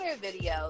video